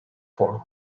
form